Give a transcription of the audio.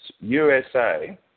USA